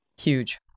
Huge